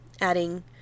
adding